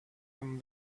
him